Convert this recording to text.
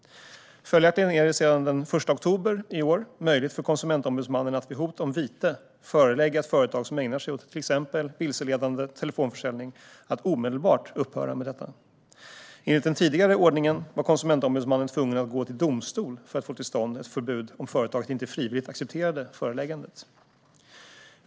Följaktligen är det sedan den 1 oktober i år möjligt för Konsumentombudsmannen att vid vite förelägga ett företag som ägnar sig åt till exempel vilseledande telefonförsäljning att omedelbart upphöra med detta. Enligt den tidigare ordningen var Konsumentombudsmannen tvungen att gå till domstol för att få till stånd ett förbud om företaget inte frivilligt accepterade föreläggandet.